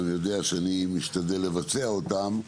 אני יודע שאני משתדל לבצע אותם,